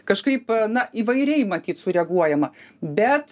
kažkaip na įvairiai matyt sureaguojama bet